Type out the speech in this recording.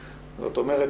זאת אומרת